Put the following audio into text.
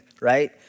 right